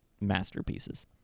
masterpieces